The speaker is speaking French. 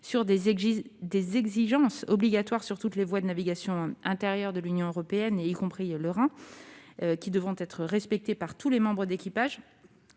sur des exigences obligatoires sur toutes les voies de navigation intérieure de l'Union européenne, y compris le Rhin, qui devront être respectées par tous les membres d'équipage.